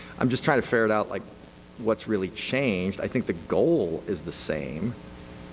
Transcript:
i'm just trying to ferret out like what's really changed. i think the goal is the same.